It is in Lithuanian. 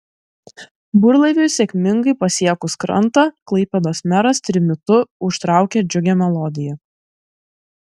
burlaiviui sėkmingai pasiekus krantą klaipėdos meras trimitu užtraukė džiugią melodiją